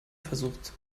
versucht